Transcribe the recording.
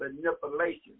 manipulation